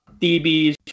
DBs